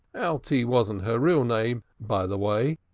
alte wasn't her real name, by the way,